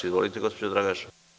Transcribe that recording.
Izvolite gospođo Dragaš.